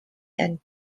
and